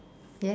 yes